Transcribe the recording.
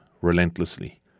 relentlessly